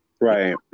Right